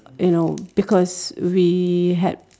you know because we had